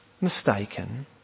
mistaken